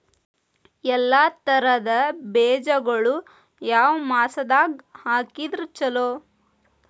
ಎಲ್ಲಾ ತರದ ಬೇಜಗೊಳು ಯಾವ ಮಾಸದಾಗ್ ಹಾಕಿದ್ರ ಛಲೋ?